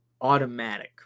automatic